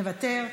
מוותר.